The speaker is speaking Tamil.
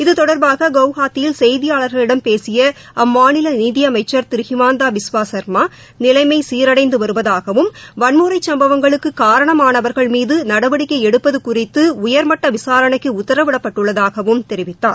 இது தொடர்பாக குவாஹாத்தியில் செய்தியாளர்களிடம் பேசிய அம்மாநில நிதி அமைச்சர் திரு ஹிமாந்தா பிஸ்வா ச்மா நிலைமம சீரடைந்து வருவதூகவும் வன்முறை சும்பவங்களுக்கு காரணமானவர்கள் மீது நடவடிக்கை எடுப்பது குறித்து உயர்மட்ட விசாரணைக்கு உத்தரவிடப்பட்டுள்ளதாகக் கூறினார்